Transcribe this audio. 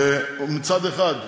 מצד אחד,